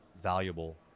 valuable